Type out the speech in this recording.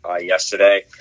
yesterday